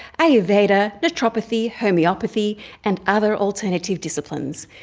ayurveda, naturopathy, homeopathy and other alternative disciplines.